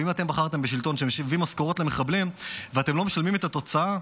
ואם בחרתם בשלטון שמשלם משכורות למחבלים ואתם לא משלמים את התוצאה,